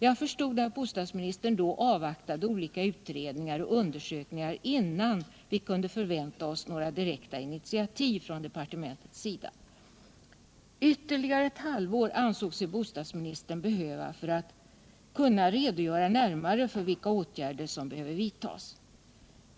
Jag förstod att bostadsministern då avvaktade olika utredningar och undersökningar, innan vi kunde förvänta oss några direkta initiativ från departementets sida. Ytterligare ett halvår ansåg sig bostadsministern behöva för att kunna redogöra närmare för vilka åtgärder som behöver vidtas.